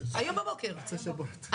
במוצאי שבת.